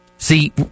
See